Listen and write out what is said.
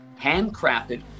handcrafted